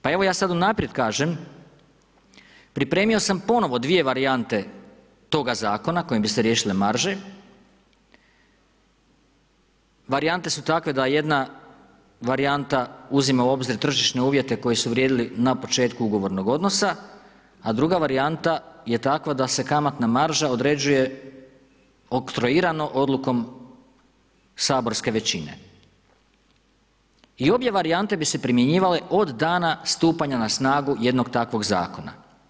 Pa evo ja sada unaprijed kažem pripremio sam ponovo dvije varijante toga zakona kojim bi se riješile marže, varijante su takve da jedna varijanta uzima u obzir tržišne uvjete koji su vrijedili na početku ugovornog odnosa, a druga varijanta je takva da se kamatna marža određuje oktroirano odlukom saborske većine i obje varijante bi se primjenjivale od dana stupanja na snagu jednog takvog zakona.